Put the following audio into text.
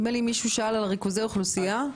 מישהו שאל על ריכוזי אוכלוסייה.